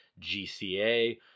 GCA